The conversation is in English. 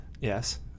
Yes